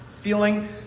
feeling